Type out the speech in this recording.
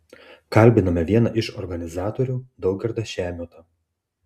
kalbiname vieną iš organizatorių daugirdą šemiotą